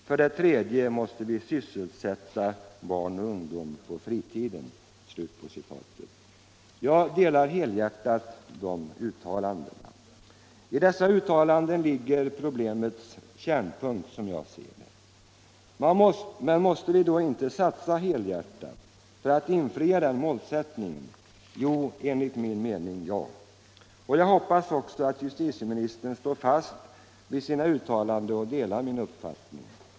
För det tredje måste vi sysselsätta barn och ungdom på fritiden.” Jag instämmer helhjärtat i de uttalandena. I dem ligger problemets kärnpunkt, som jag ser det. Men måste vi då inte satsa helhjärtat för att infria den målsättningen? Jo, enligt min mening måste vi det. Jag hoppas också att justitieministern står fast vid sina uttalanden och delar min uppfattning.